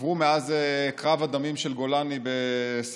עברו מאז קרב הדמים של גולני בשג'אעיה.